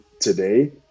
today